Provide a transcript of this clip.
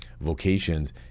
vocations